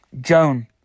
Joan